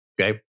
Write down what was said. Okay